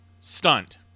stunt